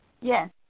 Yes